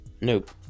Nope